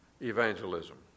evangelism